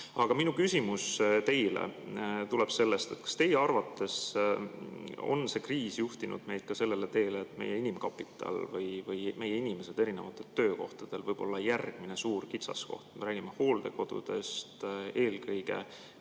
Aga minu küsimus teile tuleb sellest, et kas teie arvates on see kriis juhtinud meid ka sellele teele, et meie inimkapital või meie inimesed erinevatel töökohtadel võib olla järgmine suur kitsaskoht. Me räägime hooldekodudest, eelkõige